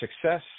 success